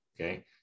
Okay